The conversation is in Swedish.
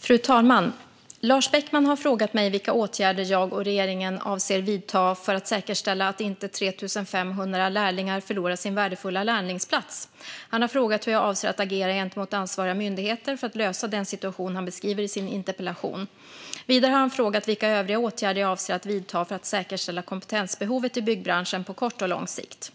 Fru talman! Lars Beckman har frågat mig vilka åtgärder jag och regeringen avser att vidta för att säkerställa att inte 3 500 lärlingar förlorar sin värdefulla lärlingsplats. Han har frågat hur jag avser att agera gentemot ansvariga myndigheter för att lösa den situation han beskriver i sin interpellation. Vidare har han frågat vilka övriga åtgärder jag avser att vidta för att säkerställa kompetensbehovet i byggbranschen på kort och lång sikt.